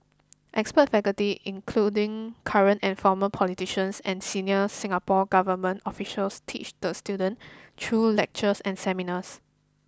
expert faculty including current and former politicians and senior Singapore government officials teach the student through lectures and seminars